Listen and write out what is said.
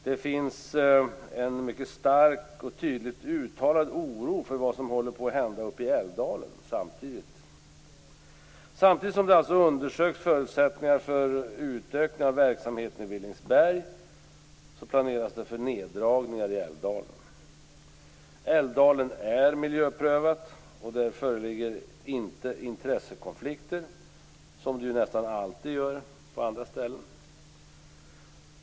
Det finns samtidigt en mycket stark och tydligt uttalad oro för vad som håller på att hända uppe i Samtidigt som man undersöker förutsättningarna för utökning av verksamheten i Villingsberg planeras det för neddragningar i Älvdalen. Verksamheten i Älvdalen är miljöprövad, och det föreligger inte några intressekonflikter, vilket det nästan alltid gör på andra ställen.